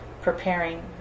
preparing